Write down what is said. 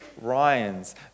Ryans